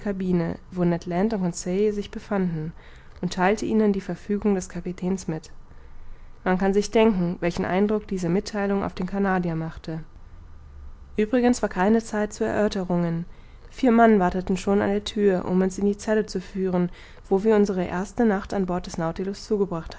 cabine wo ned land und conseil sich befanden und theilte ihnen die verfügung des kapitäns mit man kann sich denken welchen eindruck diese mittheilung auf den canadier machte uebrigens war keine zeit zu erörterungen vier mann warteten schon an der thür um uns in die zelle zu führen wo wir unsere erste nacht an bord des nautilus zugebracht